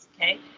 Okay